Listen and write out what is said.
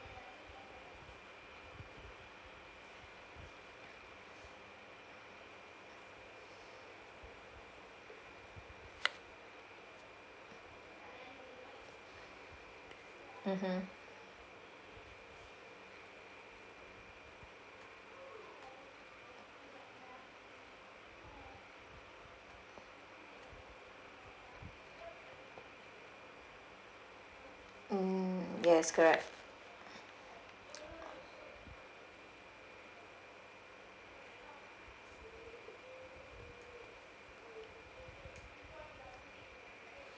mmhmm mm yes correct